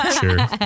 Sure